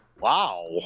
wow